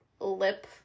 lip